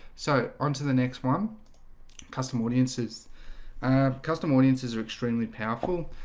so onto the next one custom audiences custom audiences are extremely powerful.